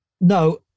No